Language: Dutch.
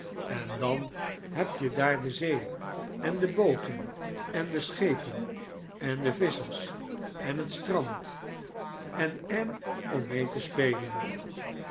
en dan heb je daar de zee en de booten en de schepen en de visschers en het strand en am ommee te spelen